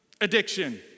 addiction